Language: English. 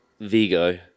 Vigo